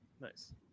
nice